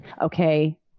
Okay